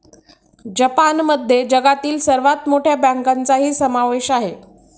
जपानमध्ये जगातील सर्वात मोठ्या बँकांचाही समावेश आहे